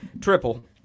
triple